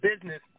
business